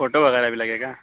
photo وغیرہ بھی لگے گا